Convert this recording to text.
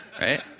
right